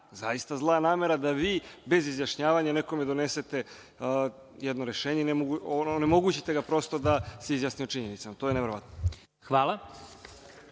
Zaista, zla namera da vi, bez izjašnjavanja, nekome donesete jedno rešenje, onemogućite ga prosto da se izjasni o činjenicama. To je neverovatno.